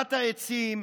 עקירת העצים,